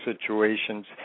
situations